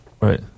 Right